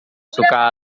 suka